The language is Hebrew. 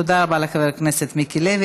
תודה רבה לחבר הכנסת מיקי לוי.